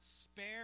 spare